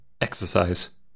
Exercise